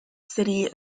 city